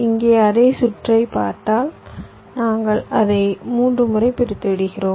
இங்கே அதே சுற்று பார்த்தால் நாங்கள் அதை 3 முறை பிரித்துவிட்டோம்